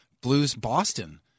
Blues-Boston